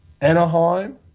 Anaheim